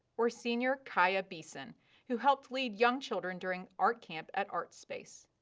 or senior kaia beeson who helped lead young children during art camp at artspace.